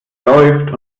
läuft